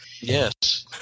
Yes